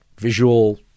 visual